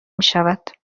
میشود